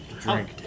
drink